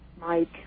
Mike